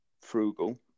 frugal